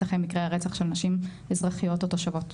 אחרי מקרי רצח של נשים אזרחיות או תושבות?